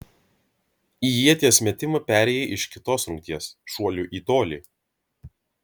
į ieties metimą perėjai iš kitos rungties šuolių į tolį